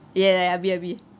ya abi abi